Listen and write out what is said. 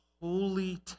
holy